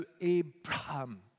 Abraham